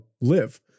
live